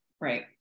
right